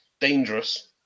dangerous